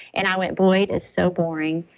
and i went, boyd is so boring.